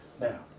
Now